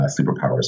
superpowers